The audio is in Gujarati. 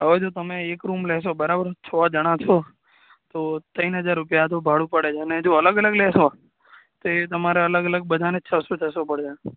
હવે જો તમે એક રૂમ લેશો બરાબર છ જાણા છો તો ત્રણ હજાર રૂપિયા તો ભાડું પડે જ અને જો અલગ અલગ લેશો તો એ તમારે અલગ અલગ બધાને છસો છસો પડશે